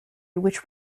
which